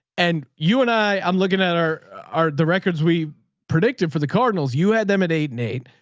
and you and i i'm looking at are, are the records we predicted for the cardinals. you had them at eight and eight.